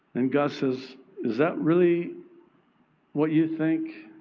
and god says is that really what you think?